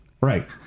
Right